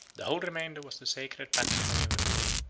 the whole remainder was the sacred patrimony of the poor.